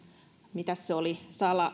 mitäs se oli